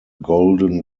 golden